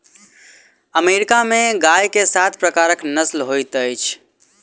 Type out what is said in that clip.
America में गाय के सात प्रकारक नस्ल होइत अछि